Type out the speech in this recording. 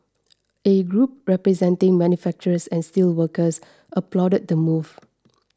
a group representing manufacturers and steelworkers applauded the move